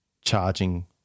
charging